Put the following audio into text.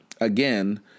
Again